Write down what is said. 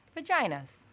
vaginas